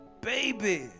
Baby